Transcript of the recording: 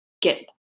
get